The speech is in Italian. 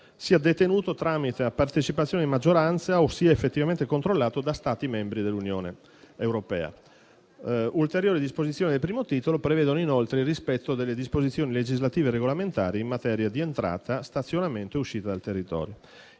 sia detenuto tramite la partecipazione di maggioranza o sia effettivamente controllato da Stati membri dell'Unione europea. Ulteriori disposizioni del Titolo I prevedono inoltre il rispetto delle disposizioni legislative e regolamentari in materia di entrata, stazionamento e uscita dal territorio.